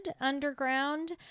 underground